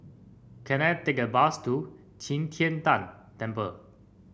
can I take a bus to Qi Tian Tan Temple